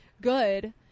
good